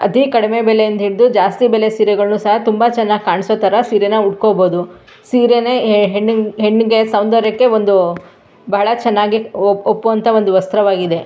ಅತೀ ಕಡಿಮೆ ಬೆಲೆಯಿಂದ ಹಿಡಿದು ಜಾಸ್ತಿ ಬೆಲೆ ಸೀರೆಗಳನ್ನೂ ಸಹ ತುಂಬ ಚೆನ್ನಾಗಿ ಕಾಣಿಸೋ ಥರ ಸೀರೆನ ಉಟ್ಕೋಬೋದು ಸೀರೆಯೇ ಹೆಣ್ಣಿಗೆ ಹೆಣ್ಣಿಗೆ ಸೌಂದರ್ಯಕ್ಕೆ ಒಂದು ಬಹಳ ಚೆನ್ನಾಗಿ ಒಪ್ಪುವಂತಹ ಒಂದು ವಸ್ತ್ರವಾಗಿದೆ